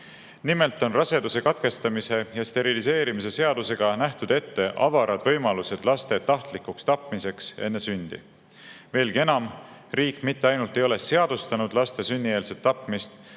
Nimelt on raseduse katkestamise ja steriliseerimise seadusega nähtud ette avarad võimalused laste tahtlikuks tapmiseks enne sündi. Veelgi enam, riik mitte ainult ei ole seadustanud laste sünnieelset tapmist,